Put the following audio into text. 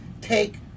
take